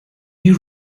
you